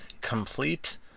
complete